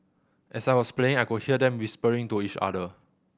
as I was playing I could hear them whispering to each other